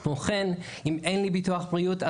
כמו כן אם אין לי ביטוח בריאות,